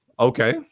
Okay